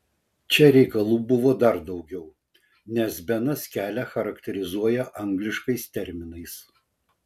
čia reikalų buvo dar daugiau nes benas kelią charakterizuoja angliškais terminais